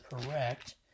correct